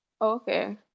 Okay